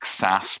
SaaS